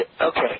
okay